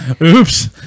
Oops